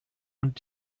und